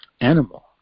animal